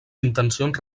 intencions